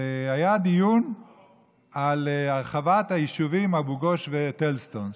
היה דיון על הרחבת היישובים אבו גוש וטלז סטון,